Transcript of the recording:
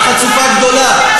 את חצופה גדולה,